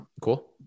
Cool